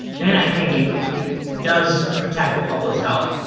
then i think it it does protect the public's health.